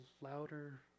louder